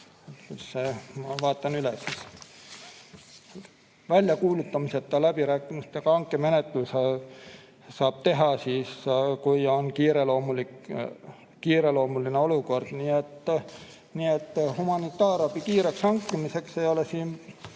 Ma vaatan üle: väljakuulutamiseta läbirääkimistega hankemenetluse saab teha siis, kui on kiireloomuline olukord. Nii et humanitaarabi kiireks hankimiseks ei ole siin